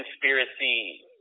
conspiracy